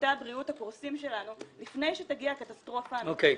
ושירותי הבריאות הפרוסים שלנו לפני שתגיע קטסטרופה אמתית.